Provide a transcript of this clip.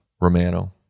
Romano